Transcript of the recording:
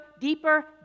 deeper